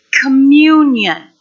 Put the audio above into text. communion